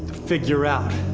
figure out.